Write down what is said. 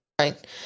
Right